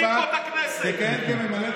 מנדטים,